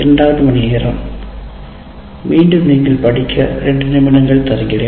இரண்டாவது மணிநேரம் மீண்டும் நீங்கள் படிக்க 2 நிமிடங்கள் தருகிறேன்